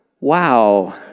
wow